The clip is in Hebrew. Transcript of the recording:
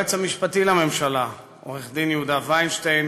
היועץ המשפטי לממשלה עורך-הדין יהודה וינשטיין,